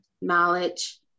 knowledge